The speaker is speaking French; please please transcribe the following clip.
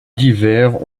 divers